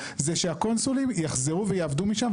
זה שהקונסולים יחזרו ויעבדו משם,